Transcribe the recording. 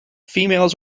females